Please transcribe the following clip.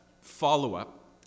follow-up